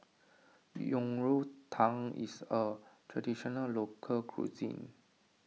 Yang Rou Tang is a Traditional Local Cuisine